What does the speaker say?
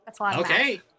Okay